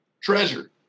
Treasure